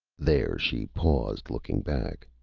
there she paused, looking back.